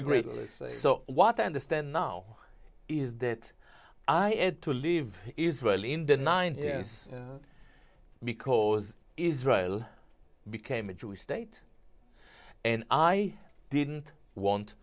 y so what i understand now is that i had to leave israel in the nine years because israel became a jewish state and i didn't want